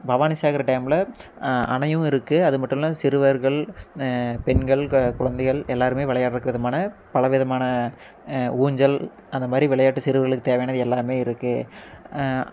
பவானிசாகர் டேமில் அணையும் இருக்கு அது மட்டும் இல்லாமல் சிறுவர்கள் பெண்கள் குழந்தைகள் எல்லாருமே விளையாட்றதுக்கு விதமான பல விதமான ஊஞ்சல் அந்த மாதிரி விளையாட்டு சிறுவர்களுக்கு தேவையானது எல்லாமே இருக்கு